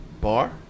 bar